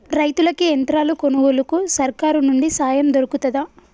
రైతులకి యంత్రాలు కొనుగోలుకు సర్కారు నుండి సాయం దొరుకుతదా?